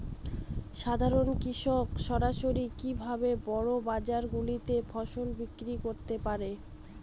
সাধারন কৃষক সরাসরি কি ভাবে বড় বাজার গুলিতে ফসল বিক্রয় করতে পারে?